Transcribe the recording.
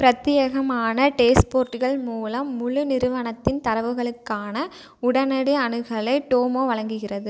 பிரத்தியகமான டேஷ்போர்ட்டுகள் மூலம் முழு நிறுவனத்தின் தரவுகளுக்கான உடனடி அணுகலை டோமோ வழங்குகிறது